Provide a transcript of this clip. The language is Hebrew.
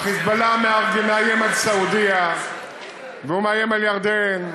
ה"חיזבאללה" מאיים על סעודיה והוא מאיים על ירדן,